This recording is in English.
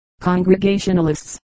Congregationalists